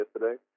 yesterday